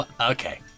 Okay